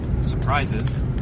surprises